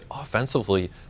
offensively